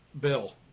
Bill